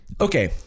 Okay